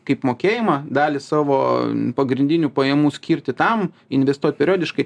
kaip mokėjimą dalį savo pagrindinių pajamų skirti tam investuot periodiškai